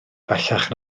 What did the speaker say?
bellach